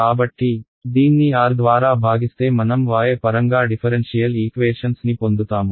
కాబట్టి దీన్ని R ద్వారా భాగిస్తే మనం y పరంగా డిఫరెన్షియల్ ఈక్వేషన్స్ ని పొందుతాము